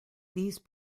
these